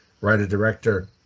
Writer-director